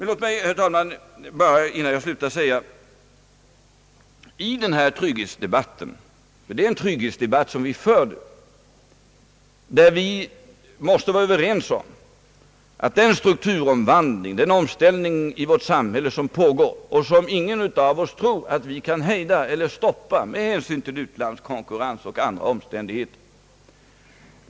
Låt mig, herr talman, innan jag slutår, säga att i den trygghetsdebatt som vi för måste vi vara överens om att den strukturomvandling och omställning av vårt samhälle, som pågår, kan ingen av oss hejda eller stoppa med hänsyn till utlandskonkurrens eller andra omständigheter.